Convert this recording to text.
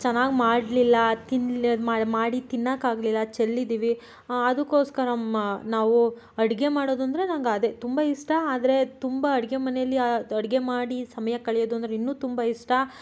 ಚೆನ್ನಾಗಿ ಮಾಡಲಿಲ್ಲ ತಿನ್ಲ್ ಮಾಡಿ ಮಾಡಿ ತಿನ್ನೋಕಾಗ್ಲಿಲ್ಲ ಚೆಲ್ಲಿದೀವಿ ಅದಕ್ಕೋಸ್ಕರ ಮ ನಾವು ಅಡುಗೆ ಮಾಡೋದಂದರೆ ನಂಗೆ ಅದೇ ತುಂಬ ಇಷ್ಟ ಆದರೆ ತುಂಬ ಅಡುಗೆ ಮನೆಯಲ್ಲಿ ಅಡುಗೆ ಮಾಡಿ ಸಮಯ ಕಳೆಯೋದು ಅಂದ್ರೆ ಇನ್ನೂ ತುಂಬ ಇಷ್ಟ